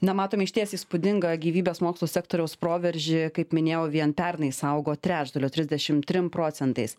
na matom išties įspūdingą gyvybės mokslų sektoriaus proveržį kaip minėjau vien pernai jis augo trečdaliu trisdešimt trim procentais